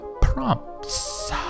prompts